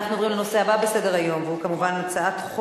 ונעבור לתוצאות: